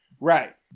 Right